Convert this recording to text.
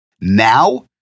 now